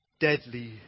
deadly